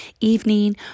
evening